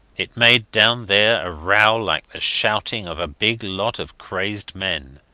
it made down there a row like the shouting of a big lot of crazed men.